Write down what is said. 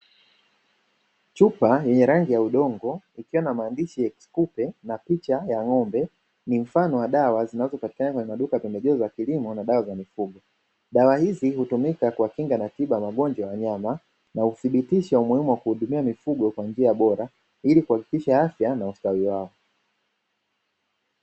Chupa yenye rangi ya udongo ikiwa na maandishi meupe na picha ya ng'ombe ni mfano wa dawa zinazopatikana kwenye maduka ya pembejeo za kilimo na dawa za mifugo dawa hizi, hutumika kwa kinga na tiba ya magonjwa ya wanyama na huthibitisha umuhimu wa kuhudumia mifugo kwa njia bora ili kuhakikisha afya na ustawi wao.